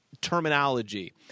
terminology